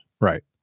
Right